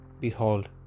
Behold